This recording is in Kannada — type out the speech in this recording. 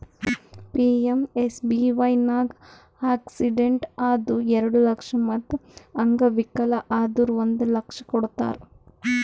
ಪಿ.ಎಮ್.ಎಸ್.ಬಿ.ವೈ ನಾಗ್ ಆಕ್ಸಿಡೆಂಟ್ ಆದುರ್ ಎರಡು ಲಕ್ಷ ಮತ್ ಅಂಗವಿಕಲ ಆದುರ್ ಒಂದ್ ಲಕ್ಷ ಕೊಡ್ತಾರ್